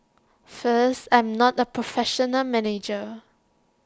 first I'm not A professional manager